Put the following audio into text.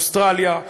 אוסטרליה,